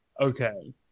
okay